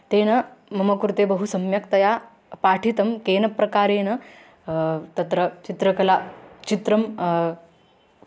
तेन मम कृते बहु सम्यक्तया पाठितं केन प्रकारेण तत्र चित्रकला चित्रं